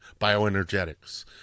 bioenergetics